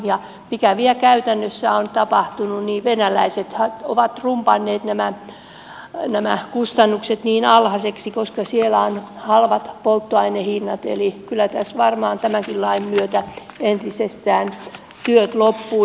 mikä vielä käytännössä on tapahtunut niin venäläisethän ovat rumpanneet nämä kustannukset niin alhaisiksi koska siellä on halvat polttoainehinnat eli kyllä tässä varmaan tämänkin lain myötä entisestään työt loppuvat